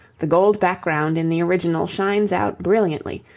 the gold background in the original shines out brilliantly,